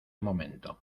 momento